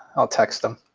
i'll text him.